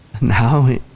now